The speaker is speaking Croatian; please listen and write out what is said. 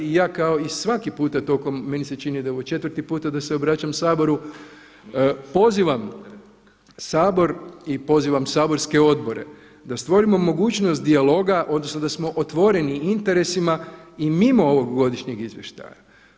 I ja kao i svaki puta tokom, meni se čini da je ovo 4.-ti puta da se obraćam Saboru, pozivam Sabor i pozivam saborske odbore da stvorimo mogućnost dijaloga, odnosno da smo otvoreni interesima i mimo ovog godišnjeg izvještaja.